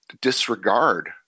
disregard